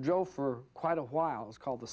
drove for quite a while is called the